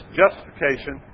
justification